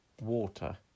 water